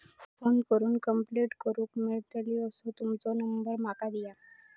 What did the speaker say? Phone करून complaint करूक मेलतली असो तुमचो नंबर माका दिया?